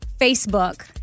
Facebook